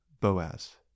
Boaz